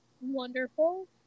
wonderful